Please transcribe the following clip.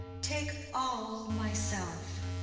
take all myself.